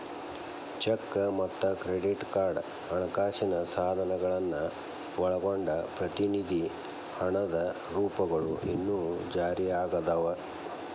check ಮತ್ತ credit card ಹಣಕಾಸಿನ ಸಾಧನಗಳನ್ನ ಒಳಗೊಂಡಂಗ ಪ್ರತಿನಿಧಿ ಹಣದ ರೂಪಗಳು ಇನ್ನೂ ಜಾರಿಯಾಗದವ